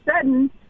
sudden